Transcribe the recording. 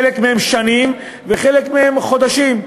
חלק מהם שנים וחלק מהם חודשים.